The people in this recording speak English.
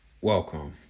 welcome